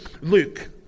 Luke